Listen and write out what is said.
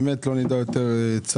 באמת, שלא נדע יותר צער.